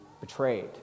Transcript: betrayed